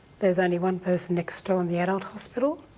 there's only one person next door in the adult hospital.